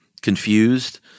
confused